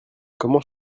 comment